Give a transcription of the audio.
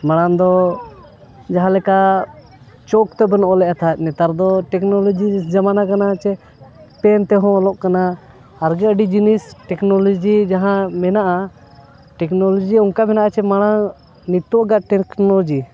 ᱢᱟᱲᱟᱝ ᱫᱚ ᱡᱟᱦᱟᱸ ᱞᱮᱠᱟ ᱪᱚᱠ ᱛᱮᱵᱚᱱ ᱚᱞᱮᱫ ᱛᱟᱦᱮᱫ ᱱᱮᱛᱟᱨ ᱫᱚ ᱴᱮᱠᱱᱳᱞᱚᱡᱤ ᱡᱟᱢᱟᱱᱟ ᱠᱟᱱᱟ ᱡᱮ ᱯᱮᱱ ᱛᱮᱦᱚᱸ ᱚᱞᱚᱜ ᱠᱟᱱᱟ ᱟᱨᱜᱮ ᱟᱹᱰᱤ ᱡᱤᱱᱤᱥ ᱴᱮᱠᱱᱳᱞᱚᱡᱤ ᱡᱟᱦᱟᱸ ᱢᱮᱱᱟᱜᱼᱟ ᱴᱮᱠᱱᱳᱞᱚᱡᱤ ᱚᱱᱠᱟ ᱢᱮᱱᱟᱜᱼᱟ ᱡᱮ ᱢᱟᱲᱟᱝ ᱱᱤᱛᱳᱜᱟᱜ ᱴᱮᱠᱱᱳᱞᱚᱡᱤ